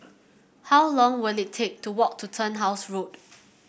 how long will it take to walk to Turnhouse Road